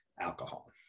alcohol